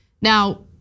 Now